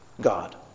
God